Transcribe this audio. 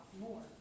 more